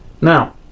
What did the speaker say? Now